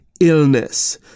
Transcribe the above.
illness